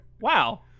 Wow